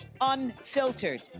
unfiltered